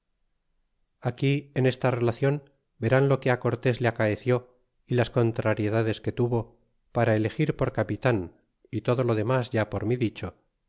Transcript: aquí en esta relacion verán lo que á cortés le acaeció y las contrariedades que tuvo hasta elegir por capita y todo lo demas ya por mi dicho